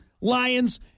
Lions